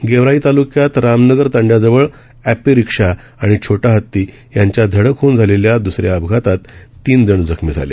गेवराई तालुक्यात रामनगर तांड्याजवळ एपेरिक्षा आणि छोटा हत्ती यांच्यात धडक होऊन झालेल्या द्सऱ्या अपघातात तीन जण जखमी झाले